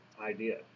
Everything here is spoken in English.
idea